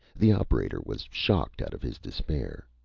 the operator was shocked out of his despair.